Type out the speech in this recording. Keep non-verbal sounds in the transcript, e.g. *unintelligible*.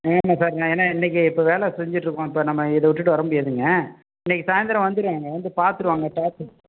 ஆமாம் சார் நான் ஏன்னால் இன்றைக்கி இப்போ வேலை செஞ்சுட்டு இருக்கோம் இப்போ நம்ம இதை விட்டுவிட்டு வர முடியாதுங்க இன்றைக்கி சாயந்தரம் வந்துடுவாங்க வந்து பார்த்துருவாங்க *unintelligible*